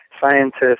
scientists